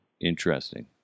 interesting